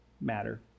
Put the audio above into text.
matter